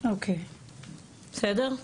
אוקיי, בסדר?